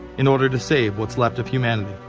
in order to save what's left of humanity.